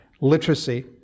literacy